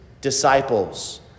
disciples